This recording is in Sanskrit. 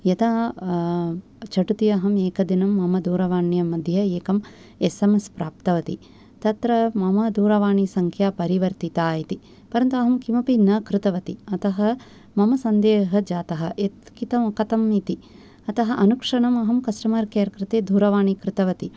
यदा झटिति अहम् एकदिनं मम दूरवाणी मध्ये एकम् एस् एम् एस् प्राप्तवती तत्र मम दूरवाणीसङ्ख्या परिवर्तिता इति परन्तु अहं किमपि न कृतवती अतः मम सन्देहः जातः यत् कितम् कथम् इति अतः अनुक्षणम् अहं कस्टमर् केयर् कृते दूरवाणी कृतवती